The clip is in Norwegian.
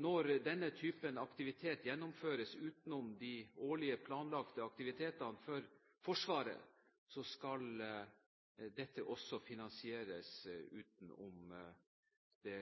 når denne typen aktivitet gjennomføres utenom de årlige, planlagte aktivitetene for Forsvaret, skal dette også finansieres utenom det